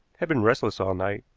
had been restless all night,